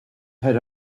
had